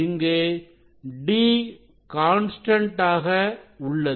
இங்கு d constant ஆக உள்ளது